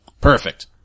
Perfect